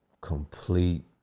Complete